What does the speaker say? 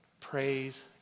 praise